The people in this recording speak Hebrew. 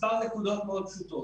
מספר נקודות פשוטות.